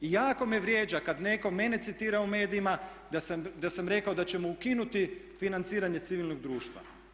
I jako me vrijeđa kad netko mene citira u medijima da sam rekao da ćemo ukinuti financiranje civilnog društva.